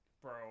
Bro